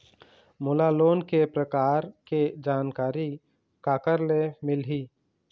मोला लोन के प्रकार के जानकारी काकर ले मिल ही?